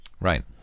right